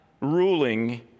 ruling